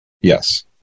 Yes